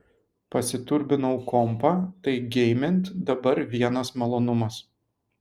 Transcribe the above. pasiturbinau kompą tai geimint dabar vienas malonumas